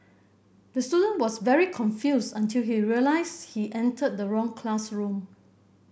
the student was very confused until he realised he entered the wrong classroom